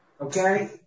Okay